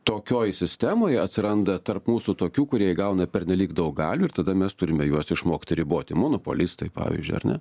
tokioj sistemoj atsiranda tarp mūsų tokių kurie gauna pernelyg daug galių ir tada mes turime juos išmokti riboti monopolistai pavyzdžiui ar ne